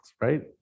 Right